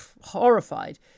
horrified